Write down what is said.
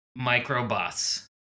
microbus